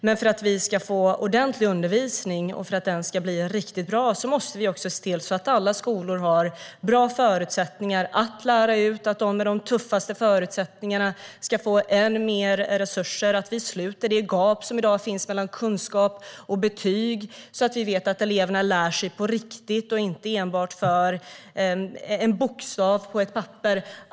Men för att vi ska få ordentlig undervisning och för att den ska bli riktigt bra måste vi också se till att alla skolor har bra förutsättningar för att lära ut, att de med de tuffaste förutsättningarna ska få än mer resurser, att vi sluter det gap som i dag finns mellan kunskap och betyg, så att vi vet att eleverna lär sig på riktigt och inte enbart för en bokstav på ett papper.